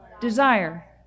Desire